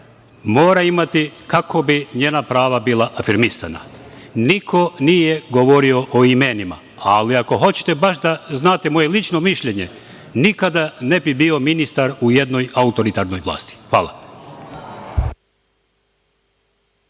mora imati kako bi njena prava bila afirmisana. Niko nije govorio o imenima, ali ako hoćete baš da znate moje lično mišljenje, nikada ne bih bio ministar u jednoj autoritarnoj vlasti. Hvala.